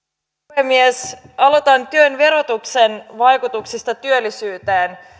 puhemies aloitan työn verotuksen vaikutuksista työllisyyteen se